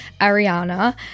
Ariana